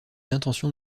l’intention